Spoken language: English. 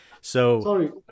Sorry